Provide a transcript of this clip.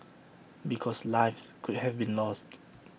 because lives could have been lost